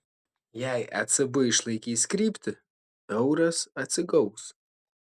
jei ecb išlaikys kryptį euras atsigaus